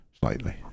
slightly